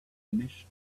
finished